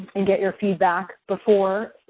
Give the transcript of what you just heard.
and get your feedback before